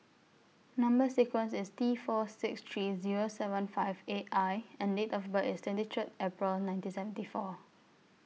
Number sequence IS T four six three Zero seven five eight I and Date of birth IS twenty three April nineteen seventy four